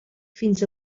fins